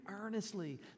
earnestly